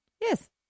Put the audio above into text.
Yes